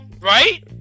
Right